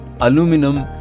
Aluminum